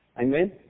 Amen